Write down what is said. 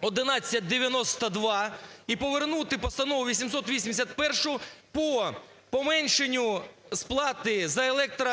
1192 і повернути Постанову 881 по поменшанню сплати